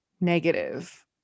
negative